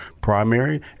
primary